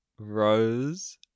Rose